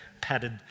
padded